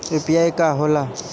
UPI का होला?